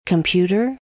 Computer